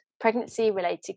pregnancy-related